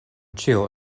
ĉio